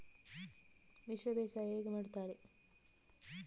ಮಿಶ್ರ ಬೇಸಾಯ ಹೇಗೆ ಮಾಡುತ್ತಾರೆ?